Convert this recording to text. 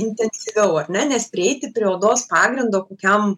intensyviau ar ne nes prieiti prie odos pagrindo kokiam